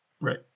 Right